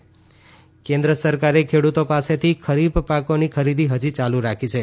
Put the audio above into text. ખરીફ ખરીદી કેન્દ્ર સરકારે ખેડુતો પાસેથી ખરીફ પાકોની ખરીદી હજી યાલુ રાખી છે